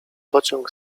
pociąg